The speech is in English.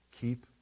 Keep